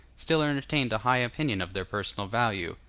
still entertained a high opinion of their personal value,